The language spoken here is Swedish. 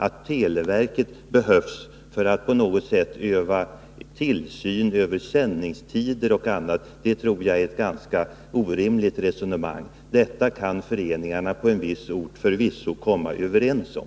Att televerket skulle behövas för att på något sätt utöva tillsyn över sändningstider och annat tror jag är ett ganska ohållbart resonemang. Sådana saker kan föreningarna på en viss ort förvisso komma överens om.